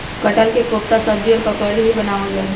कटहल के कोफ्ता सब्जी और पकौड़ी भी बनावल जा हई